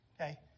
Okay